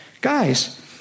Guys